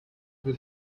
will